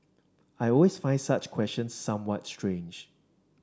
I always find such questions somewhat strange